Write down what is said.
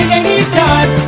anytime